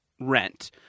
rent